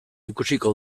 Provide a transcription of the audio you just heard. ikusiko